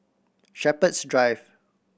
Shepherds Drive